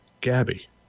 Gabby